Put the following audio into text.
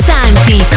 Santi